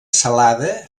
salada